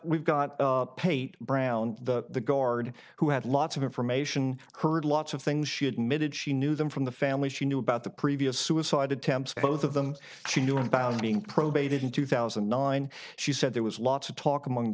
we've got pate brown the guard who had lots of information heard lots of things she admitted she knew them from the family she knew about the previous suicide attempts both of them she knew about being probated in two thousand and nine she said there was lots of talk among the